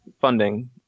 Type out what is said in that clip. funding